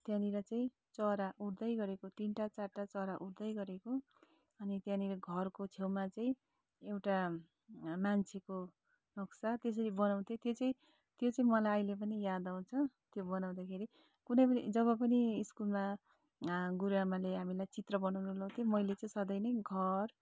त्यहाँनिर चाहिँ चरा उड्दै गरेको तिनवटा चारवटा चरा उड्दै गरेको अनि त्यहाँनिर घरको छेउमा चाहिँ एउटा मान्छेको नक्सा त्यसरी बनाउँथेँ त्यो चाहिँ त्यो चाहिँ मलाई अहिले पनि याद आउँछ त्यो बनाउँदाखेरि कुनै पनि जब पनि स्कुलमा न गुरूआमाले हामीहरूलाई चित्र बनाउन लगाउँथ्यो मैले चाहिँ सधैँ नै घर